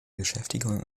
beschäftigung